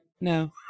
no